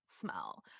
smell